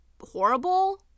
horrible